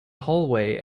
hallway